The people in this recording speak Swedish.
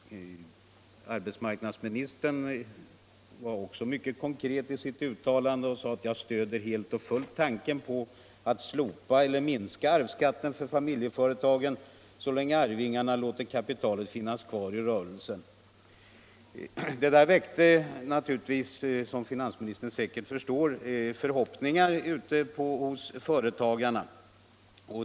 Arbetsmarknadsministern uttalade sig mycket konkret när han sade sig helt och fullt stödja tanken på att slopa eller minska arvsskatten för familjeföretagen, så länge arvingarna lät kapitalet finnas kvar i rörelsen. Som finansministern förstår väckte dessa uttalanden förhoppningar hos företagarna.